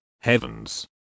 Heavens